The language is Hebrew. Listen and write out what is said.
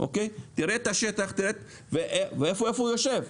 תראה את השטח ואיפה הוא יושב?